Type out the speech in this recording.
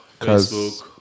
Facebook